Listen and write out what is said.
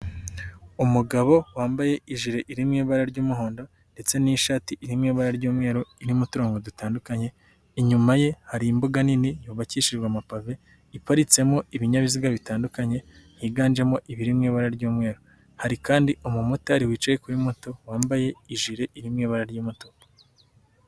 Umugabo wambaye ijire iri mu ibara ry'umuhondo ndetse n'ishati iri mu ibara ry'umweru n'uturongo dutandukanye, inyuma ye hari imbuga nini yubakishijwe amapave iparitsemo ibinyabiziga bitandukanye byiganjemo ibiri mu ibara ry'umweru, hari kandi umumotari wicaye kuri moto wambaye ijire irimo ibara ry'umutuku.